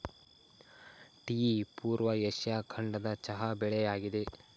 tea ಪೂರ್ವ Asia ಖಂಡದ ಚಹಾ ಬೆಳೆಯಾಗಿದೆ